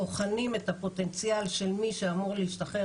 בוחנים את הפוטנציאל של מי שאמור להשתחרר